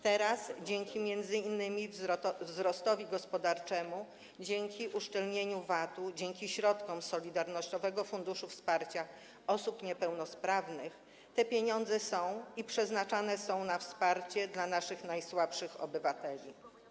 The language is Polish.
Teraz m.in. dzięki wzrostowi gospodarczemu, dzięki uszczelnianiu VAT-u, dzięki środkom Solidarnościowego Funduszu Wsparcia Osób Niepełnosprawnych te pieniądze są i są przeznaczane na wsparcie dla naszych najsłabszych obywateli.